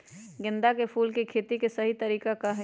गेंदा के फूल के खेती के सही तरीका का हाई?